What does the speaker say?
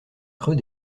creux